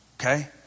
Okay